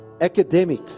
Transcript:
academic